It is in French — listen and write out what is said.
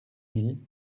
mille